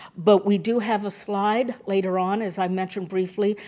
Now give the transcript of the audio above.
but we do have a slide later on, as i mentioned briefly,